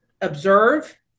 observe